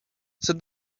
set